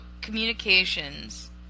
communications